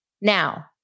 Now